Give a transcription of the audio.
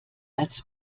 als